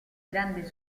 grande